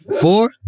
four